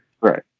Right